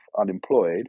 unemployed